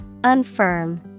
Unfirm